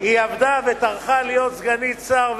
היא עבדה וטרחה להיות סגנית שר,